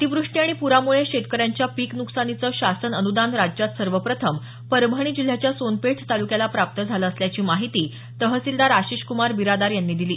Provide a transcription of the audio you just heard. अतिव्रष्टी आणि प्रामुळे शेतकऱ्यांच्या पिक न्कसानीचं शासन अन्दान राज्यात सर्वप्रथम परभणी जिल्ह्याच्या सोनपेठ तालुक्याला प्राप्त झालं असल्याची माहिती तहसीलदार आशिष्क्मार बिरादार यांनी दिली